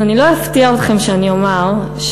אז אני לא אפתיע אתכם אם אני אומר שמוסד